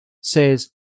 says